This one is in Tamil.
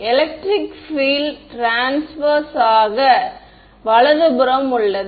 எலெக்ட்ரிக் பீல்ட் நேர்மாறாக ஆக வலதுபுறம் உள்ளது